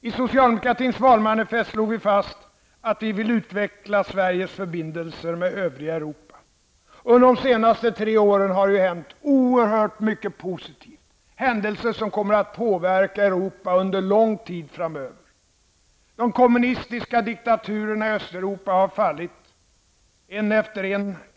I socialdemokratins valmanifest slog vi fast att vi vill utveckla Sveriges förbindelser med övriga Europa. Under de senaste tre åren har det hänt oerhört mycket positivt, händelser som kommer att påverka Europa under lång tid framöver. De kommunistiska diktaturerna i Östeuropa har fallit, en efter en.